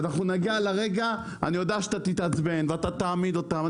אנחנו נגיע לרגע ואני יודע שאתה תתעצבן ותעמיד אותם,